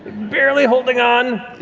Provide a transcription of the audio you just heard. barely holding on